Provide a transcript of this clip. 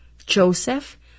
Joseph